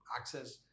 access